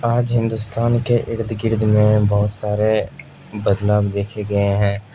آج ہندوستان کے ارد گرد میں بہت سارے بدلاؤ دیکھے گئے ہیں